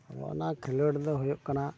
ᱚᱱᱟ ᱠᱷᱮᱞᱳᱰ ᱫᱚ ᱦᱩᱭᱩᱜ ᱠᱟᱱᱟ